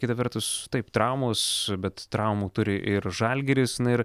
kita vertus taip traumos bet traumų turi ir žalgiris ir